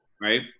Right